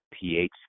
pH